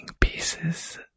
pieces